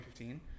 2015